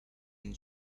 and